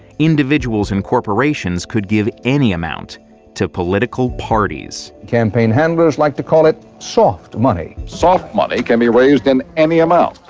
individuals and corporations could give any amount to political parties. the campaign handlers like to call it soft money. soft money can be raised in any amount.